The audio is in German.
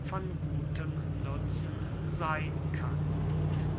von gutem nutzen seyn kann